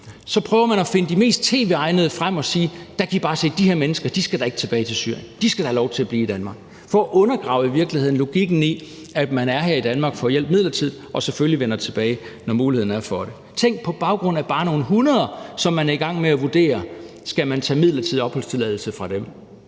prøver man at finde de mest tv-egnede frem og siger: Der kan I bare se. De her mennesker skal da ikke tilbage til Syrien, de skal da have lov til at blive i Danmark. Det er i virkeligheden for at undergrave logikken i, at de er her i Danmark for at få hjælp midlertidigt og selvfølgelig skal vende tilbage, når muligheden er for det. Tænk, at bare på baggrund af nogle hundreder, som man er i gang med at vurdere om man skal fratage den midlertidige opholdstilladelse, lyder